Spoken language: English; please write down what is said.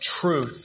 truth